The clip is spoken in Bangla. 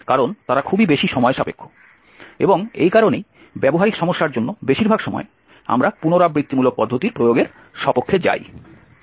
কারণ তারা খুবই বেশি সময় সাপেক্ষ এবং এ কারণেই ব্যবহারিক সমস্যার জন্য বেশিরভাগ সময় আমরা পুনরাবৃত্তিমূলক পদ্ধতির প্রয়োগের স্বপক্ষে যাই